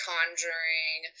Conjuring